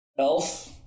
Elf